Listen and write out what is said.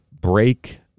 break